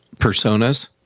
personas